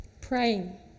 Praying